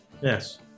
Yes